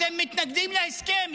אתם מתנגדים להסכם.